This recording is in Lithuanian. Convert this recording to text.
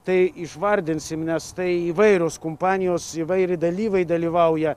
tai išvardinsim nes tai įvairios kompanijos įvairiai dalyviai dalyvauja